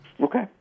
Okay